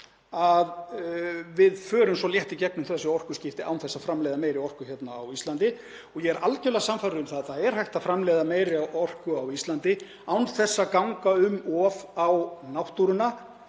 að við förum svo létt í gegnum þessi orkuskipti án þess að framleiða meiri orku á Íslandi. Ég er algerlega sannfærður um að það er hægt að framleiða meiri orku á Íslandi án þess að ganga um of á náttúruna